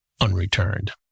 unreturned